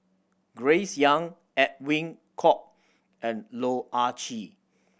Grace Young Edwin Koek and Loh Ah Chee